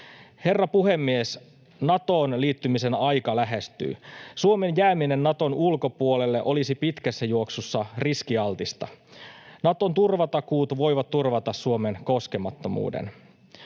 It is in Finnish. Herra puhemies! Natoon liittymisen aika lähestyy. Suomen jääminen Naton ulkopuolelle olisi pitkässä juoksussa riskialtista. Naton turvatakuut voivat turvata Suomen koskemattomuuden.